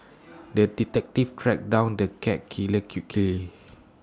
the detective tracked down the cat killer quickly